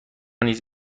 نیز